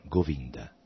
Govinda